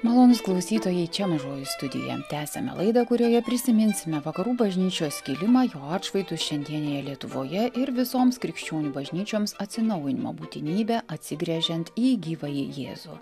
malonūs klausytojai čia mažoji studija tęsiame laidą kurioje prisiminsime vakarų bažnyčios skilimą jo atšvaitus šiandienėje lietuvoje ir visoms krikščionių bažnyčioms atsinaujinimo būtinybę atsigręžiant į gyvąjį jėzų